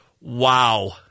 Wow